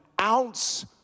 ounce